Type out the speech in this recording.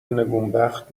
نگونبخت